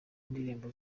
n’indirimbo